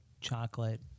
chocolate